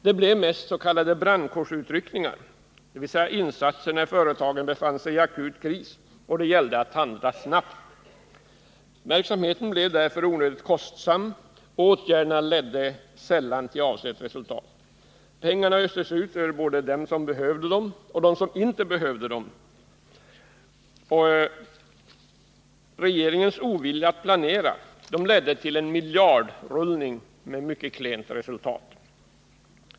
Det blev mest s.k. brandkårsutryckningar, dvs. insatser när företagen befann sig i akut kris och det gällde att handla snabbt. Verksamheten blev därför onödigt kostsam, och åtgärderna ledde sällan till avsett resultat. Pengarna östes ut över både dem som behövde pengar och över dem som inte behövde dem. Regeringens ovilja att planera ledde till en miljardrullning med mycket klent resultat.